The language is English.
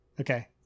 Okay